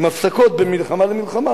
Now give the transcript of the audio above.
עם הפסקות בין מלחמה למלחמה,